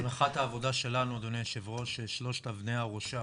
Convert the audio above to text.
הנחת העבודה שלנו, אדוני היו"ר, ששלושת אבני הראשה